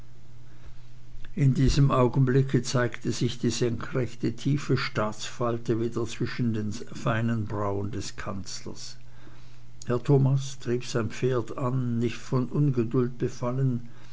in diesem augenblicke zeigte sich die senkrechte tiefe staatsfalte wieder zwischen den feinen brauen des kanzlers herr thomas trieb sein pferd an nicht von ungeduld befallen